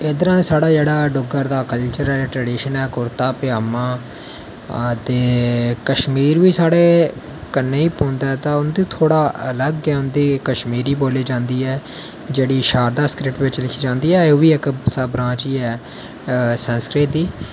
इद्धर दा साढ़ा जेह्ड़ा डुग्गर दा कल्चरल ट्रेडीशनल ऐ जेह्ड़ा कुर्ता पाजामां ते कशमीर बी साढ़े कन्नै ई पौंदा ऐ ते उंदा जेह्ड़ा थोह्ड़ा क उंदी कश्मीरी बोल्ली जंदी ऐ जेह्ड़ी शारदा सक्रिप्ट बिच लिखी जंदी ऐ ऐ ओह्बी इक्क इसदी ब्रांच गै ऐ संस्कृत दी